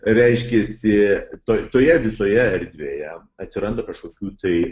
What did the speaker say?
reiškiasi toj toje visoje erdvėje atsiranda kažkokių tai